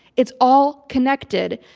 it's all connected.